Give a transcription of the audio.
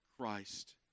Christ